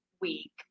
week